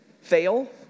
fail